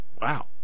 Wow